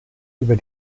über